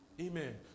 Amen